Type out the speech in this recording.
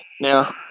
Now